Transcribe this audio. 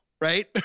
Right